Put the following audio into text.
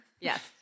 Yes